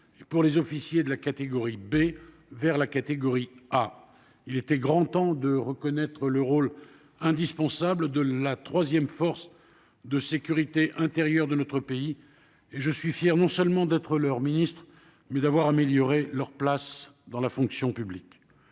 et des officiers de la catégorie B à la catégorie A. Il était grand temps de reconnaître le rôle indispensable de la troisième force de sécurité intérieure de notre pays ; je suis fier non seulement d'être leur ministre, mais surtout d'avoir amélioré leur place dans la fonction publique.